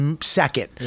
second